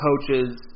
coaches